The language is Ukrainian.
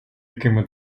якими